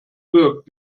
work